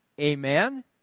Amen